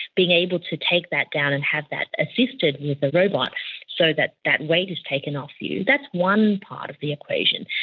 being able to take that down and have that assisted with a robot so that that weight is taken off you, that's one part of the equation.